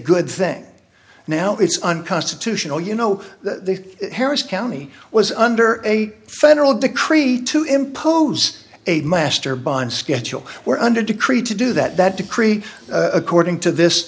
good thing now it's unconstitutional you know the harris county was under a federal decree to impose a master bond schedule where under decree to do that decree according to this